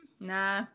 Nah